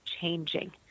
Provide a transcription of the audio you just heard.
changing